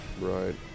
Right